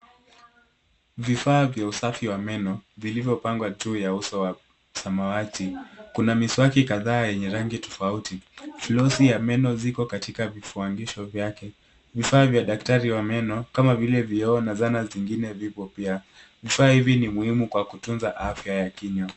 Vifaa vya usafi wa meno vilizopangwa juu ya uso wa samawati kuna muswaki kadhaa yenye rangi tafauti, fulosi ya meno ziko katika vifuangisho vyake vifaa vya daktari wa meno kama vile vioo na sana vingine viko pia, vifaa hivi ni muhimu kwa kutunza afya ya kinywa.